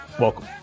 Welcome